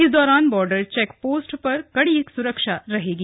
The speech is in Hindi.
इस दौरान बार्डर चैक पोस्ट पर कड़ी सुरक्षा रहेगी